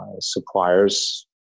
suppliers